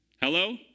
Hello